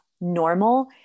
normal